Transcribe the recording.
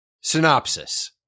Synopsis